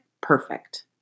perfect